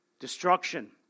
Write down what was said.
Destruction